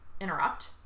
interrupt